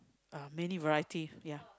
uh many variety ya